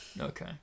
Okay